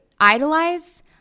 idolize